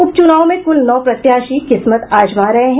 उप चुनाव में कुल नौ प्रत्याशी किस्मत आजमा रहे हैं